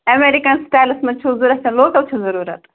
American سٹایلَس منٛز چھُو ضوٚرَتھ یا لوکَل چھُ ضروٗرت